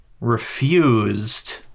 refused